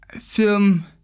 film